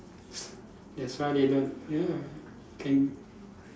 s~ that's why they don't ya can